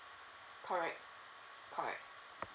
correct